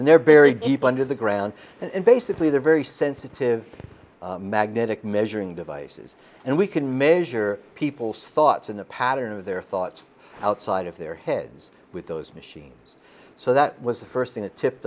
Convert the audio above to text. and they're very deep under the ground and basically they're very sensitive magnetic measuring devices and we can measure people's thoughts in the pattern of their thoughts outside of their heads with those machines so that was the first thing that tipped